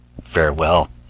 Farewell